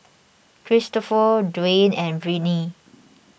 Cristofer Dwane and Brittny